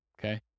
okay